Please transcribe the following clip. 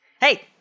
Hey